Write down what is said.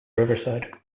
riverside